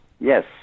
Yes